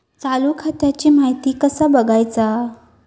चालू खात्याची माहिती कसा बगायचा?